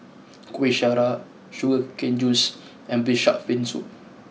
Kuih Syara Sugar Cane Juice and Braised Shark Fin Soup